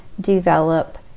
develop